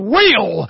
real